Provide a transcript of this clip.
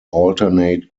alternate